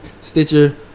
Stitcher